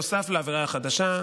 נוסף על העבירה החדשה,